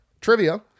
Trivia